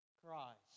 Christ